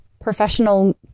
professional